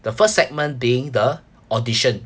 the first segment being the audition